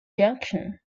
junction